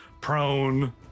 prone